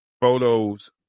photos